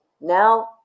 now